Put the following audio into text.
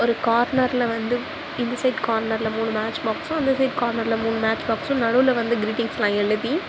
ஒரு கார்னர்ல வந்து இந்த சைட் கார்னர்ல மூணு மேட்ச் பாக்ஸும் அந்த சைட் கார்னர்ல மூணு மேட்ச் பாக்ஸும் நடுவுல வந்து க்ரீட்டிங்ஸ்லாம் எழுதி